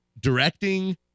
Directing